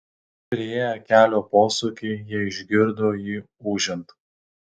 priėję kelio posūkį jie išgirdo jį ūžiant